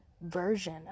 version